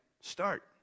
start